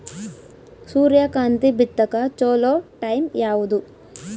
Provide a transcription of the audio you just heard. ಸೂರ್ಯಕಾಂತಿ ಬಿತ್ತಕ ಚೋಲೊ ಟೈಂ ಯಾವುದು?